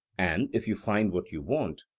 and if you find what you want,